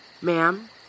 Ma'am